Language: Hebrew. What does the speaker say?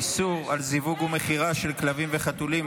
איסור על זיווג ומכירה של כלבים וחתולים),